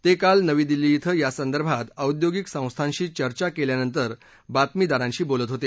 ते काल नवी दिल्ली इथं यासंदर्भात औद्योगिक संस्थांशी चर्चा केल्यानंतर बातमीदारांशी बोलत होते